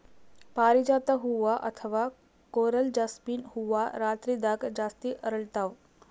ಪಾರಿಜಾತ ಹೂವಾ ಅಥವಾ ಕೊರಲ್ ಜಾಸ್ಮಿನ್ ಹೂವಾ ರಾತ್ರಿದಾಗ್ ಜಾಸ್ತಿ ಅರಳ್ತಾವ